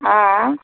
अँ